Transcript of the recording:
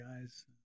guys